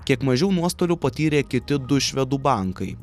kiek mažiau nuostolių patyrė kiti du švedų bankai